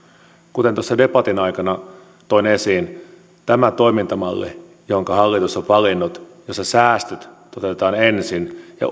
kuten tuossa debatin aikana toin esiin tämä toimintamalli jonka hallitus on valinnut jossa säästöt toteutetaan ensin ja